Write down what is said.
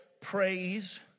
praise